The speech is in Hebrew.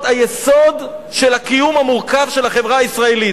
היסוד של הקיום המורכב של החברה הישראלית.